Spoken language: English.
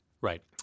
Right